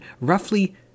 roughly